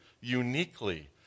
uniquely